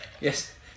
Yes